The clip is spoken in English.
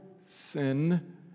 sin